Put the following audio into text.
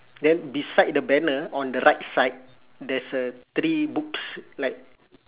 then beside the banner on the right side there's a three books like